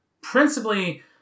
principally